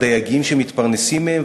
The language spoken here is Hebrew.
הדייגים שמתפרנסים מהם,